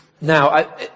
now